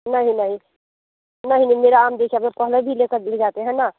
नहीं नहीं नहीं नहीं मेरा आम बीच अगर पहले भी लेकर दिन जाते हैं न